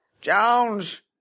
Jones